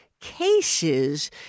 cases